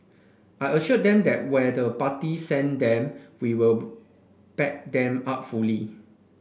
I assured them that where the party send them we will back them up fully